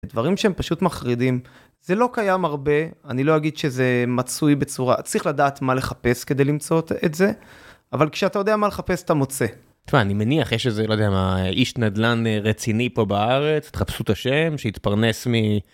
דברים שהם פשוט מחרידים זה לא קיים הרבה אני לא אגיד שזה מצוי בצורה צריך לדעת מה לחפש כדי למצוא את זה אבל כשאתה יודע מה לחפש אתה מוצא. שמע, אני מניח יש איזה לא יודע מה איש נדל"ן רציני פה בארץ תחפשו את השם שהתפרנס מ..